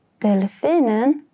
Delfinen